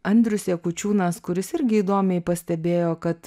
andrius jakučiūnas kuris irgi įdomiai pastebėjo kad